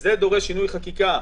זה דורש שינוי חקיקה.